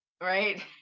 Right